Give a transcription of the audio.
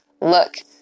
look